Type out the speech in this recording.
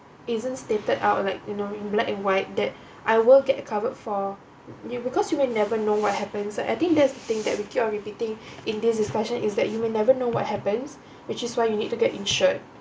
isn't stated out like you know in black and white that I will get covered for you because you will never know what happens lah I think that's the thing that we keep on repeating in this discussion is that you will never know what happens which is why you need to get insured